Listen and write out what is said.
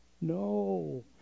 no